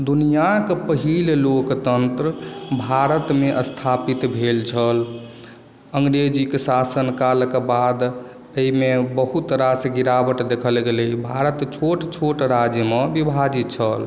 दुनिआँक पहिल लोकतन्त्र भारतमे स्थापित भेल छल अंग्रेजीक शासनकालके बाद ताहिमे बहुत रास गिरावट देखल गेलै भारत छोट छोट राज्यमे विभाजित छल